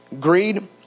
Greed